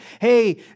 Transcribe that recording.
hey